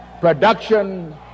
production